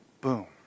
boom